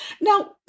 Now